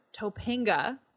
topanga